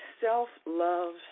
self-love